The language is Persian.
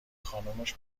خانومش